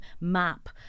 map